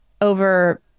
over